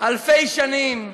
אלפי שנים.